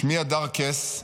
"שמי הדר קס,